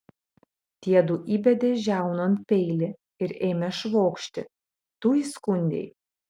tiedu įbedė žiaunon peilį ir ėmė švokšti tu įskundei